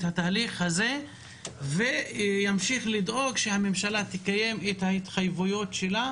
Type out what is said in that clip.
התהליך הזה וימשיך לדאוג שהממשלה תקיים את ההתחייבויות שלה